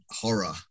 horror